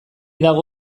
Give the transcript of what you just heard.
dago